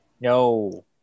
No